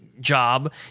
job